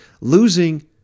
losing